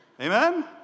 Amen